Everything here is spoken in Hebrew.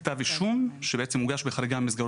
צריכה לאשר כל כתב אישום שהוגש בחריגה ממסגרת הזמן.